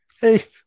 Hey